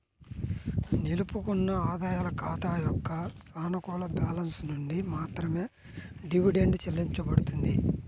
నిలుపుకున్న ఆదాయాల ఖాతా యొక్క సానుకూల బ్యాలెన్స్ నుండి మాత్రమే డివిడెండ్ చెల్లించబడుతుంది